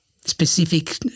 specific